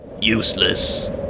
useless